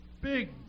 big